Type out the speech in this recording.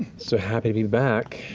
so happy to be back.